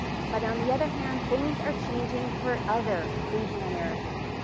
but on the other hand, things are changing for other asian americans.